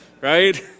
right